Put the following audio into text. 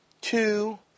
two